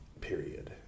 period